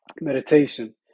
meditation